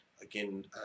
again